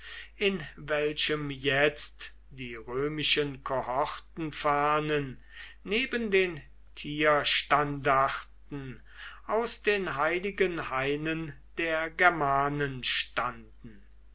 in welchem jetzt die römischen kohortenfahnen neben den tierstandarten aus den heiligen hainen der germanen standen